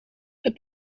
het